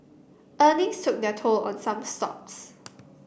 earnings took their toll on some stocks